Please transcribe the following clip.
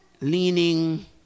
leaning